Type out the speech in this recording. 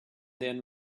then